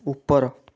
ଉପର